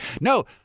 No